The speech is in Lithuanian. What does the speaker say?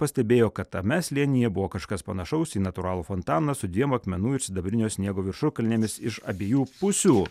pastebėjo kad tame slėnyje buvo kažkas panašaus į natūralų fontaną su dviem akmenų ir sidabrinio sniego viršukalnėmis iš abiejų pusių